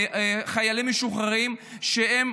חיילים משוחררים, שהם,